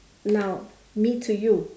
now me to you